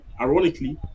Ironically